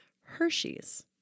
Hershey's